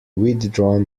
withdrawn